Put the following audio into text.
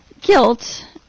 guilt